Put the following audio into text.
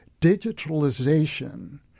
digitalization